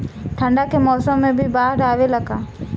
ठंडा के मौसम में भी बाढ़ आवेला का?